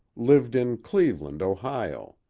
lived in cleveland, ohio.